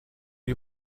you